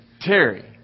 Terry